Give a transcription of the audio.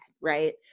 right